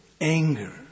anger